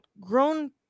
grown